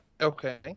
Okay